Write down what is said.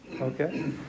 okay